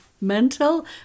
mental